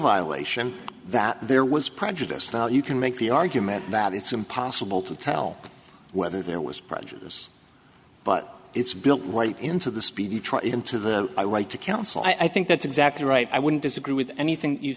violation that there was prejudice now you can make the argument that it's impossible to tell whether there was prejudice but it's built right into the speedy trial into the right to counsel i think that's exactly right i wouldn't disagree with anything you